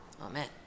Amen